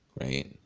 right